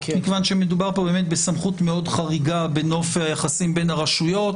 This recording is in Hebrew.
מכיוון שמדובר בסמכות מאוד חריגה בנוף היחסים בין הרשויות.